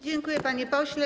Dziękuję, panie pośle.